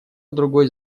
другой